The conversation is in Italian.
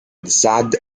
saad